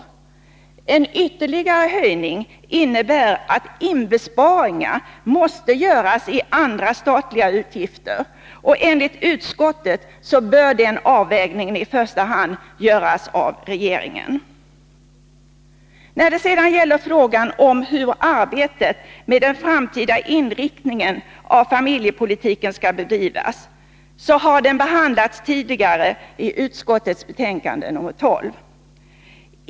En ytterligare höjning innebär att inbesparingar måste göras när det gäller andra statliga utgifter, och enligt utskottet bör den avvägningen i första hand göras av regeringen. När det gäller frågan om hur arbetet med den framtida inriktningen av familjepolitiken skall bedrivas, så har den behandlats tidigare i utskottets betänkande nr 12.